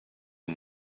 you